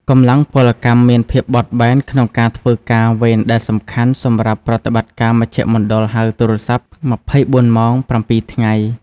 កម្លាំងពលកម្មមានភាពបត់បែនក្នុងការធ្វើការវេន ដែលសំខាន់សម្រាប់ប្រតិបត្តិការមជ្ឈមណ្ឌលហៅទូរស័ព្ទ 24 ម៉ោង 7 ថ្ងៃ។